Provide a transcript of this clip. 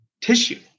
tissue